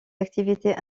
activités